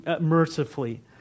mercifully